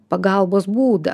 pagalbos būdą